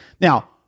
Now